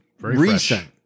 recent